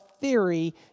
theory